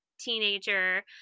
teenager